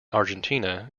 argentina